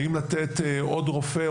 האם לתת עוד רופא,